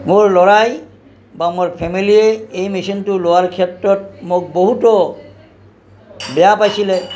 মোৰ ল'ৰাই বা মোৰ ফেমিলিয়ে এই মেচিনটো লোৱাৰ ক্ষেত্ৰত মোক বহুতো বেয়া পাইছিলে